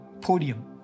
podium